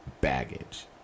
Baggage